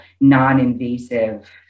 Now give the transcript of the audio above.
non-invasive